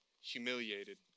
humiliated